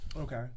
Okay